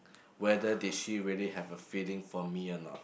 whether did she really have a feeling for me or not